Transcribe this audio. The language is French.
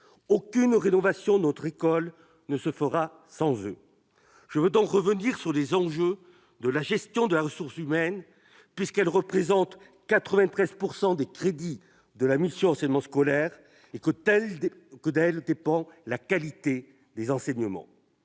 Aucune rénovation de notre école ne se fera sans eux. Je veux donc revenir sur les enjeux de la gestion de la ressource humaine, puisqu'elle représente 93 % des crédits de la mission « Enseignement scolaire » et que d'elle dépend la qualité des enseignements.